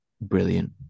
brilliant